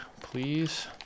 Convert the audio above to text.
please